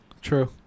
True